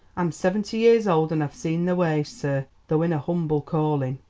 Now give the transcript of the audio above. i'm seventy years old and i've seen their ways, sir, though in a humble calling.